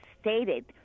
stated